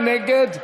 מי נגד?